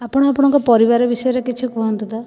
ଆପଣ ଆପଣଙ୍କ ପରିବାର ବିଷୟରେ କିଛି କୁହନ୍ତୁ ତ